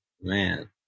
man